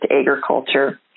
agriculture